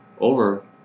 over